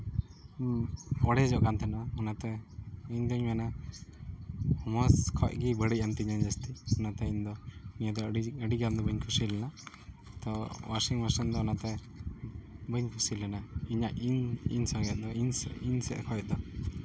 ᱚᱲᱮᱡᱚᱜ ᱠᱟᱱ ᱛᱟᱦᱮᱱᱟ ᱚᱱᱟᱛᱮ ᱤᱧᱫᱚᱧ ᱢᱮᱱᱟ ᱢᱚᱡᱽ ᱠᱷᱚᱡ ᱜᱮ ᱵᱟᱹᱲᱤᱡ ᱮᱱ ᱛᱤᱧᱟᱹ ᱡᱟᱹᱥᱛᱤ ᱚᱱᱟᱛᱮ ᱤᱧᱫᱚ ᱱᱤᱭᱟᱹᱫᱚ ᱟᱹᱰᱤᱜᱟᱱ ᱫᱚ ᱵᱟᱹᱧ ᱠᱩᱥᱤ ᱞᱮᱱᱟ ᱳᱣᱟᱥᱤᱝ ᱢᱮᱥᱤᱱ ᱫᱚ ᱚᱱᱟᱛᱮ ᱵᱟᱹᱧ ᱠᱩᱥᱤ ᱞᱮᱱᱟ ᱤᱧᱟᱹᱜ ᱤᱧ ᱤᱧ ᱥᱚᱸᱜᱮ ᱤᱧ ᱥᱮᱫ ᱠᱷᱚᱡ ᱫᱚ